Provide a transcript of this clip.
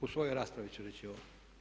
U svojoj raspravi ću reći ovo.